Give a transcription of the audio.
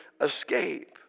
escape